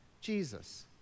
Jesus